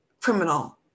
criminal